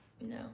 No